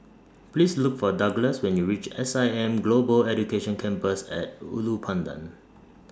Please Look For Douglass when YOU REACH S I M Global Education Campus At Ulu Pandan